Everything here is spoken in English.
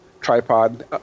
tripod